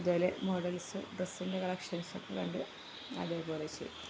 അതുപോലെ മോഡൽസ് ഡ്രസ്സിൻ്റെ കളക്ഷൻസൊക്കെ കണ്ട് അതേപോലെ ചെയ്യും